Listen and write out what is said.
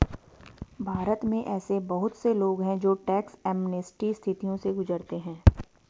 भारत में ऐसे बहुत से लोग हैं जो टैक्स एमनेस्टी स्थितियों से गुजरते हैं